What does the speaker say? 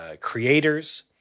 creators